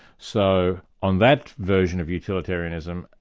so on that version of utilitarianism,